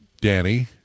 Danny